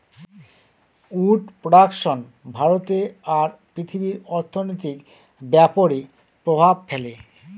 would production ভারতে আর পৃথিবীর অর্থনৈতিক ব্যাপরে প্রভাব ফেলে